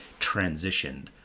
transitioned